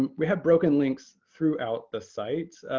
um we had broken links throughout the site.